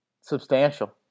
Substantial